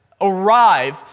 arrive